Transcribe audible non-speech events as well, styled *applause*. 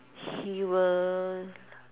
*breath* he will